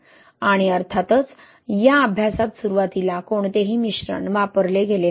आणि अर्थातच या अभ्यासात सुरुवातीला कोणतेही मिश्रण वापरले गेले नाही